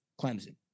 Clemson